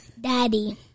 Daddy